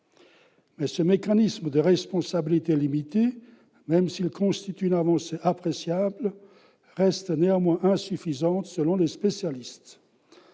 Mais ce mécanisme de responsabilité limitée, même s'il constitue une avancée appréciable, reste néanmoins insuffisant selon les spécialistes.